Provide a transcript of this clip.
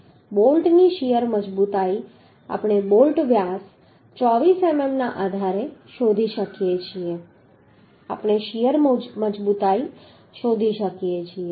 તેથી બોલ્ટની શીયર મજબૂતાઈ આપણે બોલ્ટ વ્યાસ 24 મીમી ના આધારે શોધી શકીએ છીએ આપણે શીયર મજબૂતાઈ શોધી શકીએ છીએ